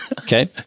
Okay